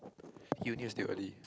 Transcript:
you need to still early